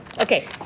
Okay